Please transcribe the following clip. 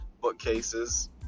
bookcases